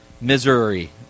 misery